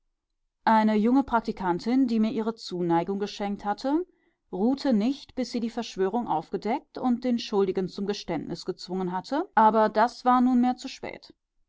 eine junge praktikantin die mir ihre zuneigung geschenkt hatte ruhte nicht bis sie die verschwörung aufgedeckt und den schuldigen zum geständnis gezwungen hatte aber das war nunmehr zu spät